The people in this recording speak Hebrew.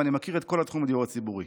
ואני מכיר את כל תחום הדיור הציבורי,